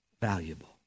valuable